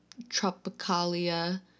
Tropicalia